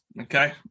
Okay